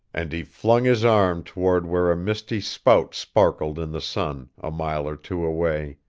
and he flung his arm toward where a misty spout sparkled in the sun a mile or two away.